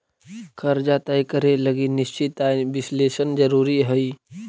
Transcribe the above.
कर्जा तय करे लगी निश्चित आय विश्लेषण जरुरी हई